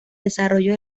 desarrollo